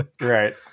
Right